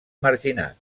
marginat